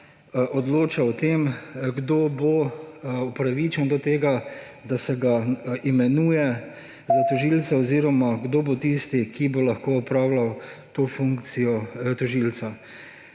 odloča o tem, kdo bo upravičen do tega, da se ga imenuje za tožilca, oziroma kdo bo tisti, ki bo lahko opravljal to funkcijo tožilca.